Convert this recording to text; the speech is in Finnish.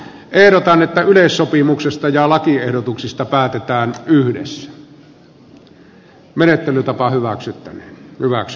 ehdotan että yleissopimuksesta ja lakiehdotuksista päätetään yhdessä